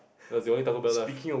that was the only Taco-Bell left